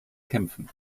kämpfen